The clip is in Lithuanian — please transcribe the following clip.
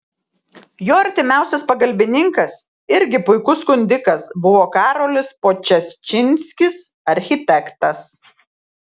jo artimiausias pagalbininkas irgi puikus skundikas buvo karolis podčašinskis architektas